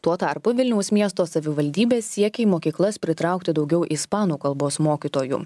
tuo tarpu vilniaus miesto savivaldybė siekia į mokyklas pritraukti daugiau ispanų kalbos mokytojų